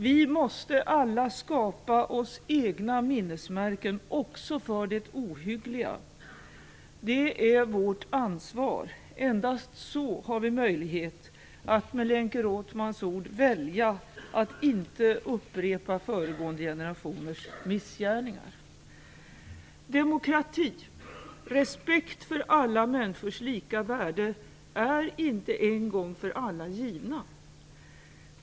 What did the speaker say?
Vi måste alla skapa oss egna minnesmärken också för det ohyggliga. Det är vårt ansvar - endast så har vi möjlighet att med Lenke Rothmans ord "välja att inte upprepa föregående generationers missgärningar". Demokrati och respekt för alla människors lika värde är inte en gång för alla givna.